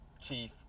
Chief